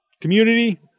community